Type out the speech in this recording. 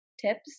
tips